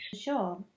Sure